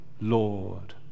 Lord